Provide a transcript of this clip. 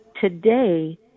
Today